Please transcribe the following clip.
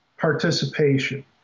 participation